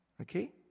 Okay